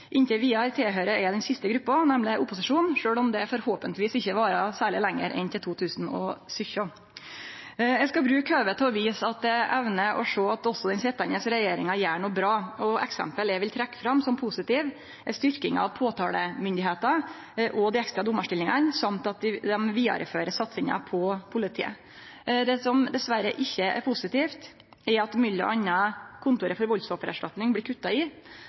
vidare høyrer eg til den siste gruppa, nemleg opposisjonen, sjølv om det forhåpentlegvis ikkje varer særleg lenger enn til 2017. Eg skal bruke høvet til å vise at eg evnar å sjå at også den sitjande regjeringa gjer noko bra, og eksempel eg vil trekkje fram som positive, er styrkinga av påtalemakta og dei ekstra dommarstillingane, og at dei vidarefører satsinga på politiet. Det som dessverre ikkje er positivt, er at det m.a. blir kutta i midlar til Kontoret for